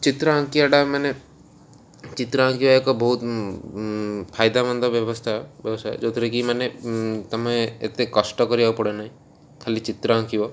ଚିତ୍ର ଆଙ୍କିଆଟା ମାନେ ଚିତ୍ର ଆଙ୍କିବା ଏକ ବହୁତ ଫାଇଦା ମନ୍ଦ ବ୍ୟବସ୍ଥା ବ୍ୟବସାୟ ଯେଉଁଥିରେ କି ମାନେ ତମେ ଏତେ କଷ୍ଟ କରିବାକୁ ପଡ଼େ ନାହିଁ ଖାଲି ଚିତ୍ର ଆଙ୍କିବ